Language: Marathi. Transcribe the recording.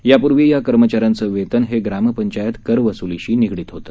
यापुर्वी या कर्मचाऱ्यांचे वेतन हे ग्रामपंचायत करवसुलीशी निगडीत होते